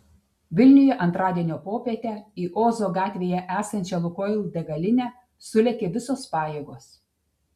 vilniuje antradienio popietę į ozo gatvėje esančią lukoil degalinę sulėkė visos pajėgos